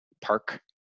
park